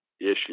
issue